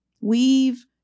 Weave